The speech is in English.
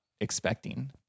expecting